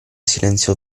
silenzio